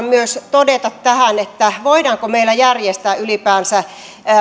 myös todeta tähän että voidaanko meillä järjestää ylipäänsä